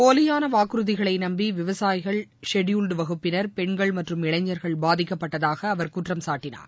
போலியான வாக்குறுதிகளை நம்பி விவசாயிகள் ஷெட்யூல் வகுப்பினர் பெண்கள் மற்றும் இளைஞர்கள் பாதிக்கப்பட்டதாக அவர் குற்றம் சாட்டினார்